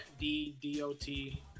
d-d-o-t